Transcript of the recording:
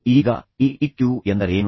ಈಗ ಈ ಇಕ್ಯೂ ಎಂದರೇನು